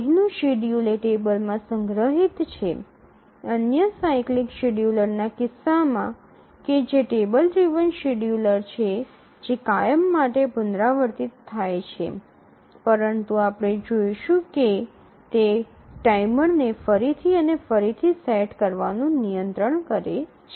અહીંનું શેડ્યૂલ એ ટેબલમાં સંગ્રહિત છે અન્ય સાયક્લિક શેડ્યૂલરના કિસ્સામાં કે જે ટેબલ ડ્રિવન શેડ્યૂલર છે જે કાયમ માટે પુનરાવર્તિત થાય છે પરંતુ આપણે જોશું કે તે ટાઈમરને ફરીથી અને ફરીથી સેટ કરવાનું નિયંત્રણ છે